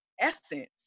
essence